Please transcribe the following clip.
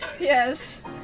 Yes